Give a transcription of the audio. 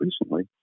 recently